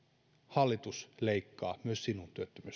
hallitus leikkaa myös sinun työttömyysturvaasi